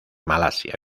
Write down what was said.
malasia